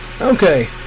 Okay